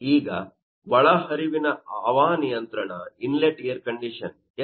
ಈಗ ಒಳಹರಿವಿನ ಹವಾನಿಯಂತ್ರಣ ಎಷ್ಟು